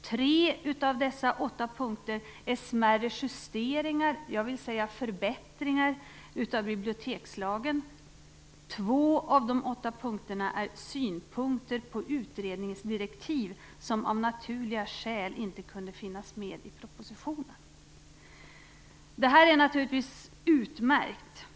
3 av dessa 8 punkter är smärre justeringar, jag vill säga förbättringar, av bibliotekslagen. 2 av de 8 punkterna är synpunkter på utredningsdirektiv som av naturliga skäl inte kunde finnas med i propositionen. Detta är naturligtvis utmärkt.